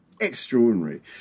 extraordinary